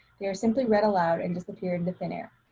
they are simply read aloud and disappeared into thin air.